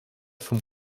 vom